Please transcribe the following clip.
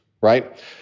right